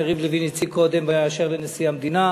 יריב לוין הציג קודם באשר לנשיא המדינה.